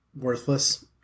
worthless